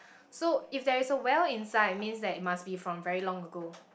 so if there is a well inside means that it must be from very long ago